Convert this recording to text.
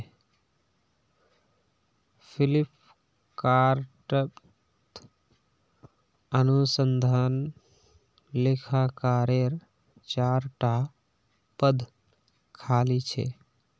फ्लिपकार्टत अनुसंधान लेखाकारेर चार टा पद खाली छ